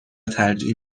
ترجیح